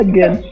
Again